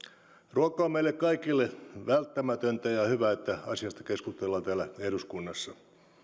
ruoka on meille kaikille välttämätöntä ja on hyvä että asiasta keskustellaan täällä eduskunnassa